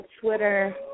Twitter